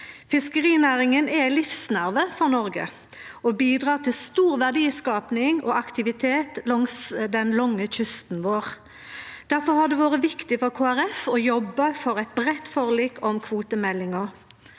Fiskerinæringa er ein livsnerve for Noreg og bidrar til stor verdiskaping og aktivitet langs den lange kysten vår. Difor har det vore viktig for Kristeleg Folkeparti å jobbe for eit breitt forlik om kvotemeldinga.